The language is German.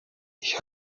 ich